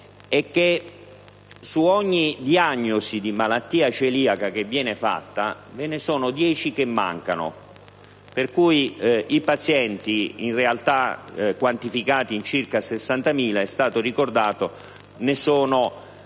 che per ogni diagnosi di malattia celiaca che viene fatta ve ne sono dieci che mancano, per cui, in realtà, i pazienti, quantificati in circa 60.000, come è stato ricordato, sono